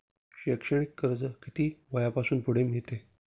शैक्षणिक कर्ज किती वयापासून पुढे मिळते?